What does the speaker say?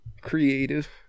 Creative